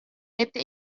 lebte